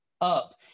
up